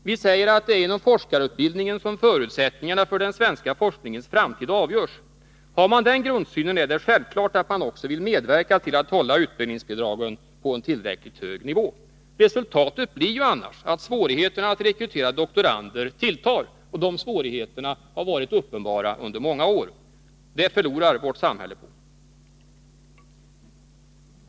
Vi säger att det är inom forskarutbildningen som förutsättningarna för den svenska forskningens framtid avgörs. Har man den grundsynen är det självklart att man också vill medverka till att hålla utbildningsbidragen på en tillräckligt hög nivå. Resultatet blir ju annars att svårigheterna att rekrytera doktorander tilltar. De svårigheterna har varit uppenbara under många år. Det förlorar vårt samhälle på.